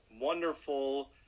wonderful